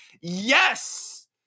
Yes